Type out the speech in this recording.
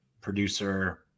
producer